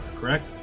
correct